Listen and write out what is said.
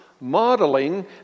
modeling